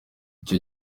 icyo